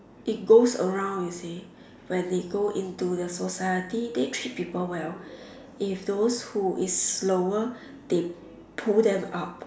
it goes around you see when they go into the society they treat people well if those who is slower they pull them up